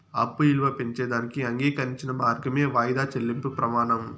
అప్పు ఇలువ పెంచేదానికి అంగీకరించిన మార్గమే వాయిదా చెల్లింపు ప్రమానం